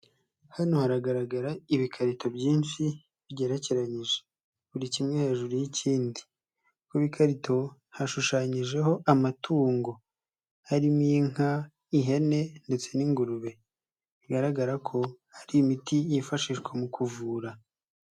Hano haragaragara ibikarito byinshi bigerekeranyije buri kimwe hejuru y'ikindi ku bikarito hashushanyijeho amatungo harimo inka ihene ndetse n'ingurube bigaragara ko hari imiti yifashishwa mu kuvura.